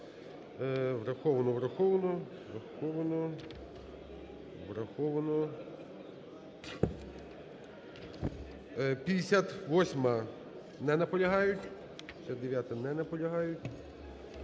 Враховано. Враховано. Враховано. Враховано. 58-а. Не наполягають. 59-а. Не наполягають.